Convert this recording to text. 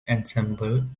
ensemble